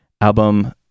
album